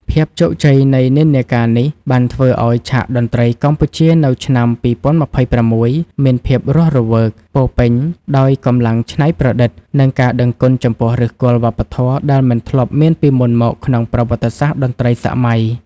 ភាពជោគជ័យនៃនិន្នាការនេះ បានធ្វើឱ្យឆាកតន្ត្រីកម្ពុជានៅឆ្នាំ ២០២៦ មានភាពរស់រវើក ពោរពេញដោយកម្លាំងច្នៃប្រឌិត និងការដឹងគុណចំពោះឫសគល់វប្បធម៌ដែលមិនធ្លាប់មានពីមុនមកក្នុងប្រវត្តិសាស្ត្រតន្ត្រីសម័យ។